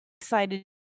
excited